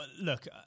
look